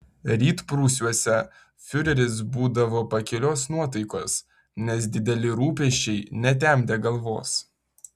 rytprūsiuose fiureris būdavo pakilios nuotaikos nes dideli rūpesčiai netemdė galvos